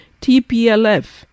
TPLF